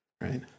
Right